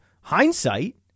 hindsight